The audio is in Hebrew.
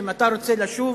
שאם אתה רוצה לשוב,